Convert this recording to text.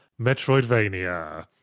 Metroidvania